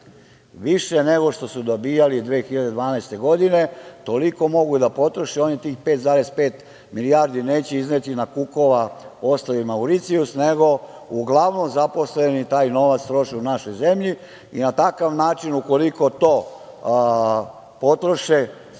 više nego što su dobijali 2012. godine. Toliko mogu da potroše, oni tih 5,5 milijardi neće izneti na Kukova ostrva i Mauricijus, nego uglavnom zaposleni taj novac troše u našoj zemlji i na takav način, ukoliko to potroše,